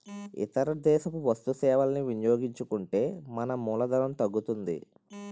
ఇతర దేశపు వస్తు సేవలని వినియోగించుకుంటే మన మూలధనం తగ్గుతుంది